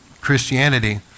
Christianity